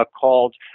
called